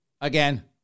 Again